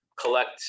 collect